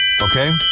Okay